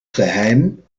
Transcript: geheim